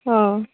अ